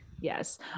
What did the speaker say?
Yes